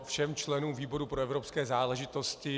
Všem členům výboru pro evropské záležitosti.